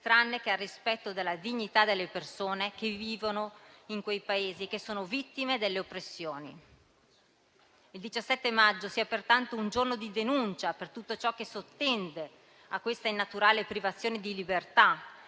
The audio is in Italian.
tranne che al rispetto della dignità delle persone che vivono in quei Paesi, che sono vittime delle oppressioni. Il 17 maggio sia pertanto un giorno di denuncia per tutto ciò che sottende a questa innaturale privazione di libertà